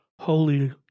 Holy